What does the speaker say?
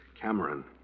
Cameron